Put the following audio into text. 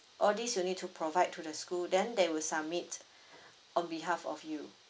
all these you need to provide to the school then they would submit on behalf of you